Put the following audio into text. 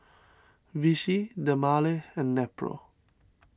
Vichy Dermale and Nepro